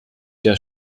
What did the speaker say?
der